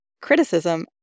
Criticism